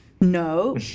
No